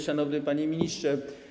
Szanowny Panie Ministrze!